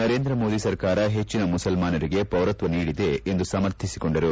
ನರೇಂದ್ರ ಮೋದಿ ಸರ್ಕಾರ ಪೆಚ್ವಿನ ಮುಸಲ್ಮಾನರಿಗೆ ಪೌರತ್ವ ನೀಡಿದೆ ಎಂದು ಸಮರ್ಧಿಸಿಕೊಂಡರು